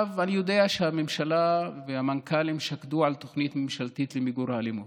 אני יודע שהממשלה והמנכ"לים שקדו על תוכנית ממשלתית למיגור האלימות,